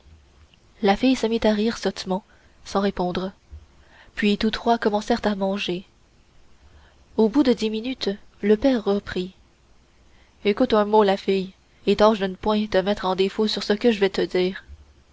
la fille se mit à rire sottement sans répondre puis tous trois commencèrent à manger au bout de dix minutes le père reprit écoute un mot la fille et tâche d'n point te mettre en défaut sur ce que j'vas te dire